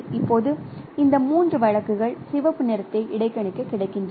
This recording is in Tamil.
இப்போது இந்த மூன்று வழக்குகள் சிவப்பு நிறத்தை இடைக்கணிக்க கிடைக்கின்றன